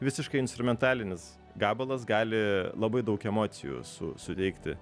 visiškai instrumentalinis gabalas gali labai daug emocijų su suteikti